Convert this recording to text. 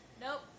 Nope